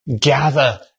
gather